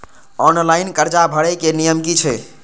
Online कर्जा भरे के नियम की छे?